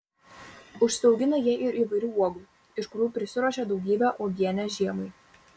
užsiaugina jie ir įvairių uogų iš kurių prisiruošia daugybę uogienės žiemai